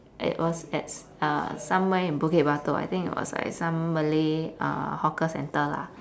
it was at uh somewhere in bukit batok I think it was like some malay uh hawker centre lah